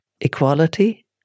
equality